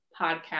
podcast